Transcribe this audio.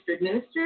minister